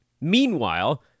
Meanwhile